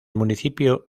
municipio